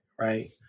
right